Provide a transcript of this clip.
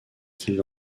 qu’il